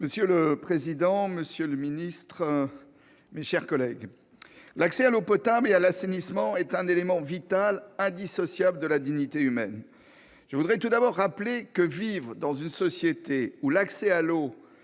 Monsieur le président, monsieur le secrétaire d'État, mes chers collègues, l'accès à l'eau potable et à l'assainissement est un élément vital, indissociable de la dignité humaine. Je voudrais tout d'abord rappeler que vivre dans une société où l'accès à l'eau